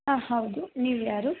ಹಾಂ ಹೌದು ನೀವು ಯಾರು